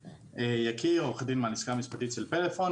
יקיר, עו"ד מהלשכה המשפטית של פלאפון.